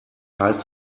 heißt